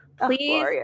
please